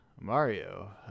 Mario